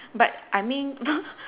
but I mean